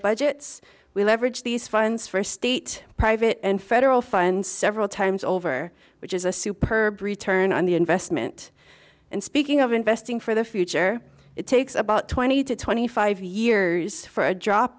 budgets we leverage these funds for state private and federal funds several times over which is a super brief turn on the investment and speaking of investing for the future it takes about twenty to twenty five years for a